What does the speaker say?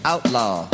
Outlaw